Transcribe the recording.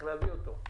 צריך להביא אותו.